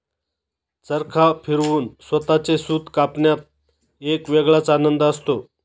चरखा फिरवून स्वतःचे सूत कापण्यात एक वेगळाच आनंद असतो